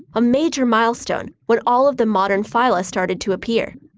a major milestone, when all of the modern phyla started to appear.